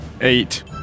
Eight